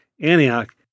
Antioch